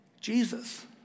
Jesus